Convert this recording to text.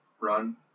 Run